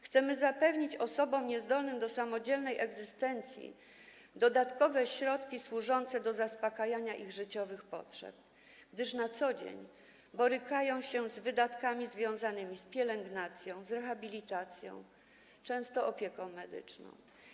Chcemy zapewnić osobom niezdolnym do samodzielnej egzystencji dodatkowe środki służące zaspokajaniu ich życiowych potrzeb, gdyż na co dzień borykają się one z wydatkami związanymi z pielęgnacją, rehabilitacją, często z opieką medyczną.